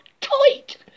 tight